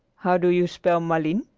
how do you spell malines?